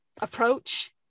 approach